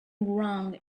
wrong